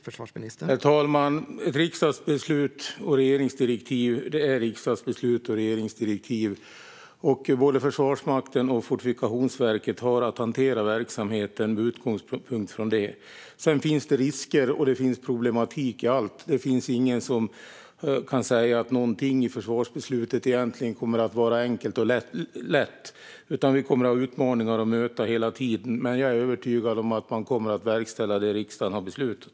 Herr talman! Riksdagsbeslut och regeringsdirektiv är riksdagsbeslut och regeringsdirektiv. Både Försvarsmakten och Fortifikationsverket har att hantera verksamheten med utgångspunkt i det. Sedan finns det risker och problematik i allt. Det finns ingen som kan säga att någonting i försvarsbeslutet egentligen kommer att vara enkelt och lätt, utan vi kommer att ha utmaningar att möta hela tiden. Men jag är övertygad om att man kommer att verkställa det som riksdagen har beslutat.